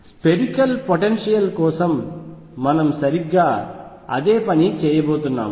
spherical potential కోసం మనము సరిగ్గా అదే పని చేయబోతున్నాం